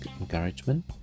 encouragement